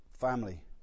family